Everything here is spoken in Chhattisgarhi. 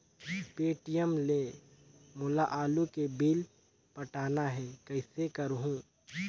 पे.टी.एम ले मोला आलू के बिल पटाना हे, कइसे करहुँ?